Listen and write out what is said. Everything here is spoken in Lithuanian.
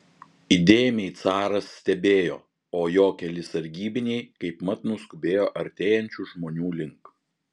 įdėmiai caras stebėjo o jo keli sargybiniai kaipmat nuskubėjo artėjančių žmonių link